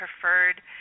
preferred